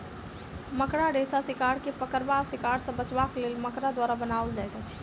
मकड़ा रेशा शिकार के पकड़बा वा शिकार सॅ बचबाक लेल मकड़ा द्वारा बनाओल जाइत अछि